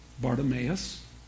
Bartimaeus